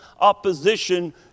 opposition